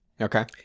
Okay